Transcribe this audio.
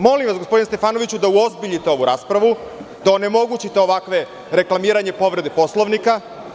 Molim vas, gospodine Stefanoviću, da uozbiljite ovu raspravu, da onemogućite ovakva reklamiranja povrede Poslovnika.